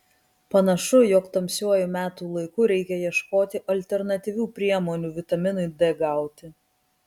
panašu jog tamsiuoju metų laiku reikia ieškoti alternatyvių priemonių vitaminui d gauti